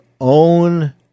own